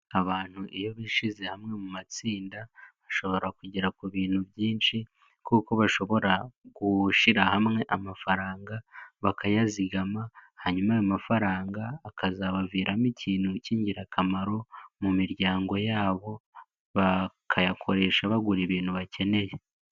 Abantu iyo bishyize hamwe mu matsinda ashobora kugera ku bintu byinshi kuko bashobora gushyira hamwe amafaranga bakayazigama, hanyuma ayo mafaranga akazabaviramo ikintu cy'ingirakamaro mu miryango yabo, bakayakoresha bagura ibintu bakeneye.